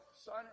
son